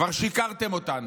כבר שיקרתם לנו.